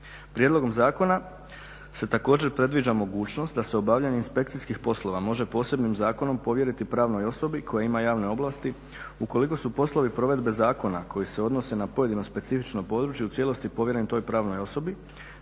Prijedlogom zakona se također predviđa mogućnost da se obavljanje inspekcijskih poslova može posebnim zakonom povjeriti pravnoj osobi koja ima javne ovlasti ukoliko su poslovi provedbe zakona koji se odnosi na pojedino specifično područje u cijelosti povjeren toj pravnoj osobi